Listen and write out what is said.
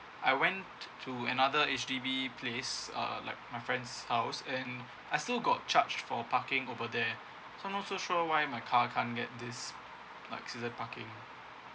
I went to another H_D_B place uh like my friend's house and I still got charge for parking over there so not so sure why my car can't get this like season parking